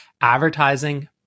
advertising